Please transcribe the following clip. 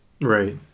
Right